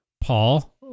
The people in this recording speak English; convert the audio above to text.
Paul